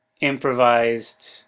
improvised